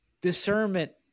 discernment